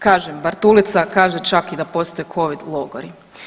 Kažem Bartulica kaže čak i da postoje Covid logori.